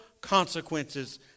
consequences